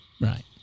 Right